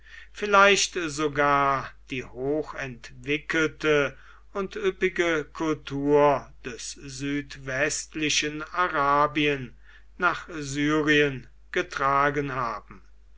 vielleicht sogar die hochentwickelte und üppige kultur des südwestlichen arabien nach syrien getragen haben